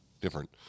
Different